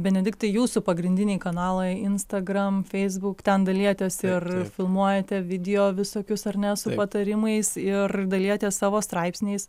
benediktai jūsų pagrindiniai kanalai instagram feisbuk ten dalijatės ir filmuojate video visokius ar ne su patarimais ir dalijatės savo straipsniais